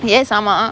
yes ஆமா:aamaa